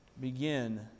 Begin